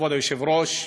כבוד היושב-ראש,